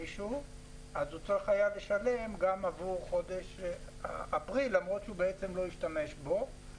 אז הוא חייב לשלם גם עבור חודש אפריל למרות שהוא לא השתמש בו בחודש זה,